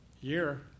year